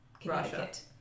Connecticut